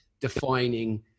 defining